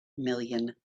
million